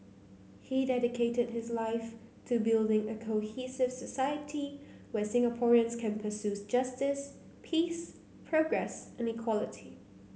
he dedicated his life to building a cohesive society where Singaporeans can pursue justice peace progress and equality